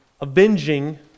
avenging